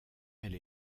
elle